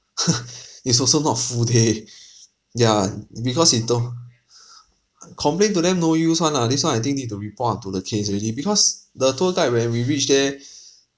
it's also not full day ya because you don't uh complain to them no use [one] ah this one I think need to report to the case already because the tour guide when we reach there